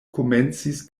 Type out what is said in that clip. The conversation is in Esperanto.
komencis